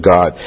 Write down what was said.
God